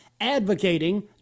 advocating